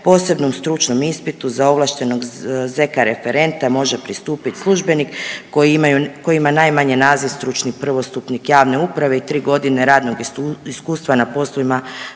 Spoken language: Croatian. posebnom stručnom ispitu za ovlaštenog zk. referenta može pristupit službenik koji imaju, koji ima najmanje naziv stručni prvostupnik javne uprave i 3.g. radnog iskustva na poslovima